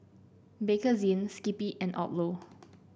Bakerzin Skippy and Odlo